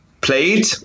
played